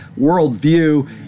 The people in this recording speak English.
worldview